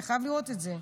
אתה חייב לראות את זה.